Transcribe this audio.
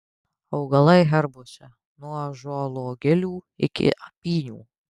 augalai herbuose nuo ąžuolo gilių iki apynių